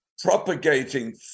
propagating